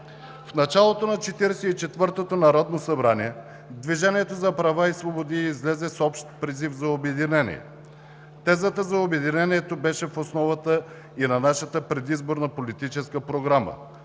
В началото на 44-ото народно събрание „Движението за права и свободи“ излезе с общ призив за обединение. Тезата за обединението беше в основата и на нашата предизборна политическа програма.